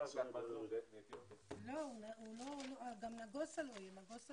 הקורא כמה שיותר מוקדם ובסך הכול אין היום שום